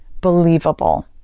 believable